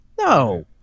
No